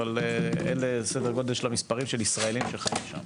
אבל אלה סדר גודל של הישראלים שחיים שם